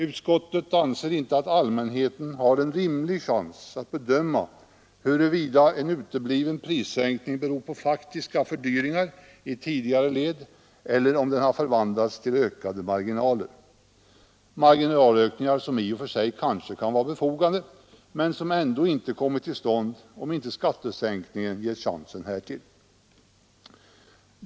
Utskottet anser att allmänheten inte har en rimlig chans att bedöma huruvida en utebliven skattesänkning beror på faktiska fördyringar i tidigare led eller om den har förvandlats till ökade marginaler, marginalökningar som i och för sig kanske kan vara befogade men som ändå inte kommit till stånd om inte skattesänkningen gett chansen härtill.